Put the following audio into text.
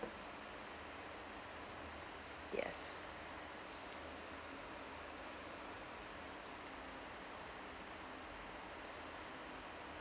yes